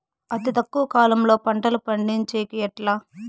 అతి తక్కువ కాలంలో పంటలు పండించేకి ఎట్లా?